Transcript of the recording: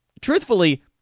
Truthfully